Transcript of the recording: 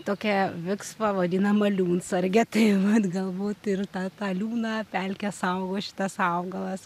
tokia viksva vadinama liūnsarge tai vat galbūt ir tą liūną pelkę saugo šitas augalas